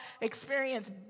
experience